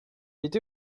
été